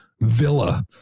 villa